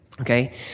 Okay